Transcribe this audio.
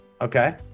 okay